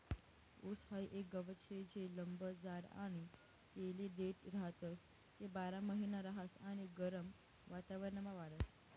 ऊस हाई एक गवत शे जे लंब जाड आणि तेले देठ राहतस, ते बारामहिना रहास आणि गरम वातावरणमा वाढस